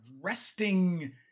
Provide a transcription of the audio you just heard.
resting